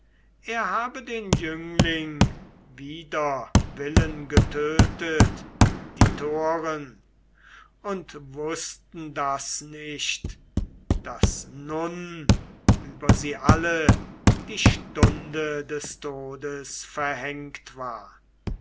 er habe den jüngling wider willen getötet die toren und wußten das nicht daß nun über sie alle die stunde des todes verhängt war